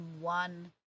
one